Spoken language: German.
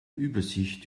übersicht